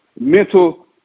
mental